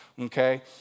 okay